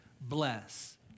bless